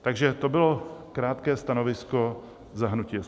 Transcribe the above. Takže to bylo krátké stanovisko za hnutí SPD.